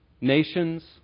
nations